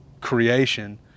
creation